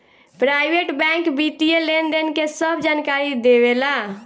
private bank वित्तीय लेनदेन के सभ जानकारी देवे ला